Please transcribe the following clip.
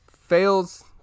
fails